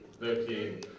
Thirteen